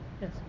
Yes